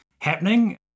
happening